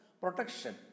protection